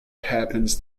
happens